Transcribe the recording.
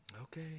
Okay